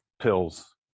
pills